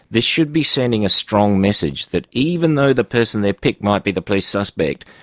this should be sending a strong message that even though the person they pick might be the police suspect,